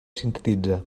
sintetitzar